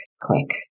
Click